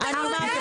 המדינה.